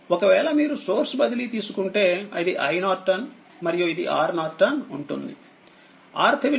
ఒకవేళ మీరు సోర్స్ బదిలీ తీసుకుంటేఇది iN మరియు ఇది RN ఉంటుంది